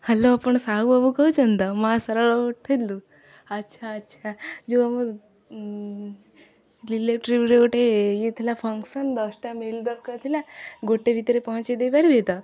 hello ଆପଣ ସାହୁ ବାବୁ କହୁଛନ୍ତି ତ ମା ସରଳ ହୋଟେଲ୍ରୁ ଆଚ୍ଛା ଆଚ୍ଛା ଯେଉଁ ଆମ ରିଲେଟିଭର ଗୋଟେ ଇଏ ଥିଲା ଫଙ୍କସନ୍ ଦଶଟା ମିଲ୍ ଦରକାର ଥିଲା ଗୋଟେ ଭିତରେ ପହଞ୍ଚାଇ ଦେଇପାରିବେ ତ